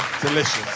delicious